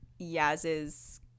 Yaz's